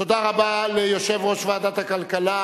תודה רבה ליושב-ראש ועדת הכלכלה